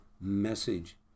message